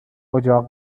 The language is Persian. اجاق